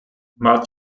მათ